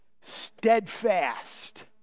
steadfast